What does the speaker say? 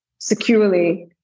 securely